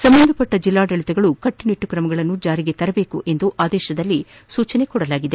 ಸಂಬಂಧಪಟ್ಟ ಜಿಲ್ಲಾಡಳಿಗಳು ಕಟ್ಟುನಿಟ್ಟಾಗಿ ಕ್ರಮಗಳನ್ನು ಜಾರಿಗೆ ತರಬೇಕು ಎಂದು ಆದೇಶದಲ್ಲಿ ಸೂಚಿಸಲಾಗಿದೆ